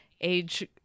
age